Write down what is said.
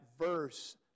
verse